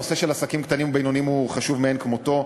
הנושא של עסקים קטנים ובינוניים הוא חשוב מאין כמותו.